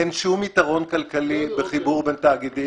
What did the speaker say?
אין שום יתרון כלכלי בחיבור בין תאגידים,